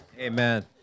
amen